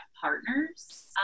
partners